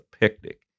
picnic